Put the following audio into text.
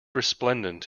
resplendent